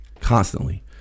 Constantly